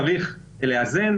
צריך לאזן.